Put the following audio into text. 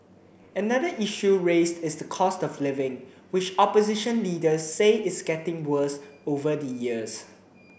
another issue raised is the cost of living which opposition leaders say is getting worse over the years